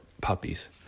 puppies